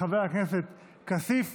התשפ"ב